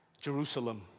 Jerusalem